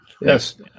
Yes